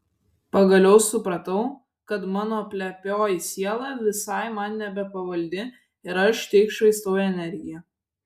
pagaliau supratau kad mano plepioji siela visai man nebepavaldi ir aš tik švaistau energiją